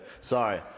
Sorry